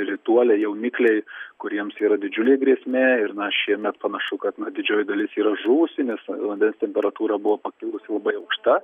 rituoliai jaunikliai kuriems yra didžiulė grėsmė ir na šiemet panašu kad na didžioji dalis yra žuvusi nes vandens temperatūra buvo pakilusi labai aukšta